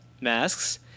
masks